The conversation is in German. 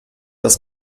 das